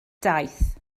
daeth